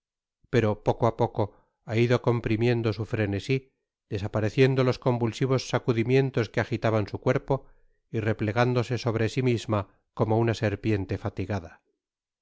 pero poco á poco ha ido comprimiendo su frenesi desapareciendo los convulsivos sacudimientos que agitaban su cuerpo y replegándose sobre si misma como una serpiente fatigada